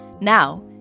Now